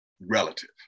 relative